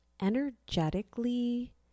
energetically